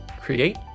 create